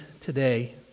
today